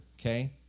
okay